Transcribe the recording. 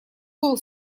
был